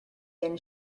then